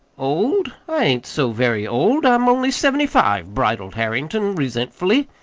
old? i ain't so very old. i'm only seventy-five, bridled harrington resentfully.